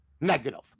negative